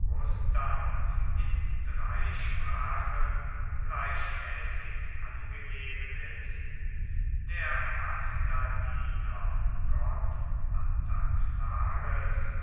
in drei sprachen gleichmäßig angegeben ist der mazda diener